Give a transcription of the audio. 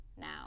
now